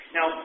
Now